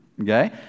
okay